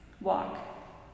Walk